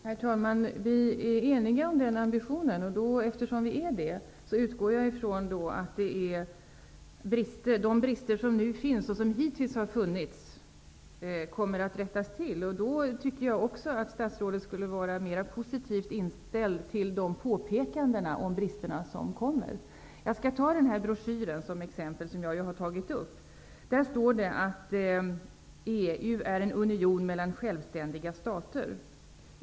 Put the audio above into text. Herr talman! Vi är eniga om den ambitionen. Eftersom vi är det utgår jag ifrån att de brister som nu finns och som hittills har funnits kommer att rättas till. Då tycker jag också att statsrådet skulle vara mer positivt inställd till de påpekanden om brister som görs. Jag skall ta den broschyr som jag nämnde som exempel. Där står det att EU är en union mellan självständiga stater.